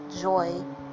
joy